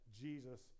Jesus